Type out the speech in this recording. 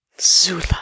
Zula